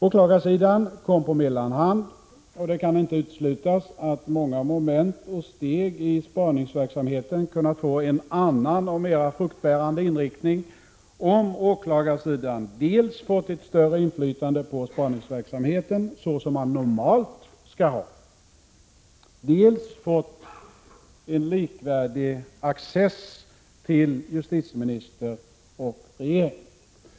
Åklagarsidan kom på mellanhand, och det kan inte uteslutas att många moment och steg i spaningsverksamheten kunnat få en annan och mera fruktbärande inriktning om åklagarsidan dels fått ett större inflytande på spaningsverksamheten — så som den normalt skall ha — dels fått en likvärdig access till justitieminister och regering som spaningsledningen hade.